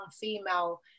female